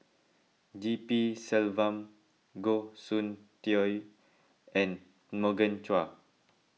G P Selvam Goh Soon Tioe and Morgan Chua